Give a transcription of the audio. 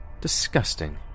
Disgusting